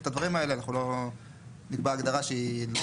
את הדברים האלה אנחנו לא נקבע הגדרה שהיא לא